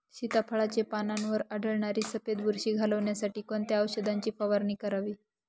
सीताफळाचे पानांवर आढळणारी सफेद बुरशी घालवण्यासाठी कोणत्या औषधांची फवारणी करावी?